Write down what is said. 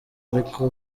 ariko